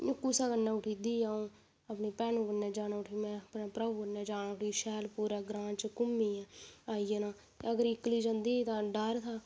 कुसै कन्नै उठी जंदी ही अ'ऊं अपनी भैनू कन्नै जाने में अपने भ्राऊ कन्ने जाना उठी शैल पूरै ग्रां च घूमी ऐ आई जाना अगर इक्कली जंदी डर हा